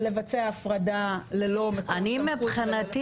לבצע הפרדה ללא מקורות סמכות --- מבחינתי